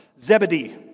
Zebedee